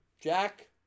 Jack